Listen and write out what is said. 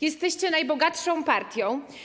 Jesteście najbogatszą partią.